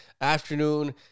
afternoon